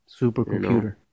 Supercomputer